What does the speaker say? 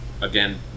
again